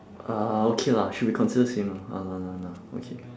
uh okay lah should be considered same lah okay